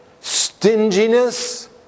stinginess